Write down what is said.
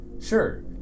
Sure